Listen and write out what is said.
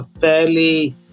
fairly